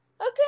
Okay